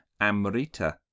Amrita